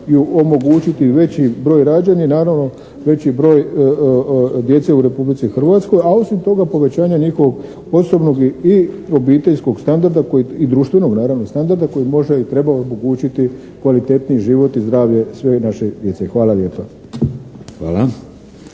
omogućiti veći broj rađanja i naravno veći broj djece u Republici Hrvatskoj. A osim toga povećanja njihovog osobnog i obiteljskog standarda koji, i društvenog naravno standarda koji može i treba omogućiti kvalitetniji život i zdravlje sve naše djece. Hvala lijepa.